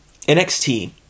NXT